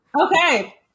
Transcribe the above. Okay